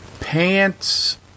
pants